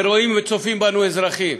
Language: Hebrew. ורואים, צופים בנו אזרחים: